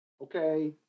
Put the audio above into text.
Okay